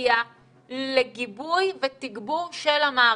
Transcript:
הגיע לגיבוי ותגבור של המערכת,